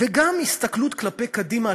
וגם הסתכלות קדימה,